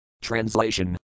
Translation